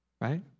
Right